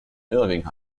irving